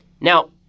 Now